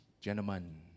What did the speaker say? gentlemen